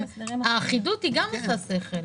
לזמן מסוים האחידות גם יש בה היגיון.